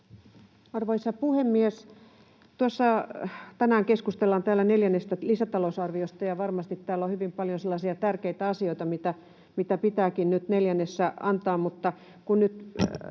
Arvoisa puhemies! Tänään keskustellaan täällä neljännestä lisätalousarviosta. Varmasti täällä on hyvin paljon sellaisia tärkeitä asioita, mitä pitääkin nyt neljännessä antaa,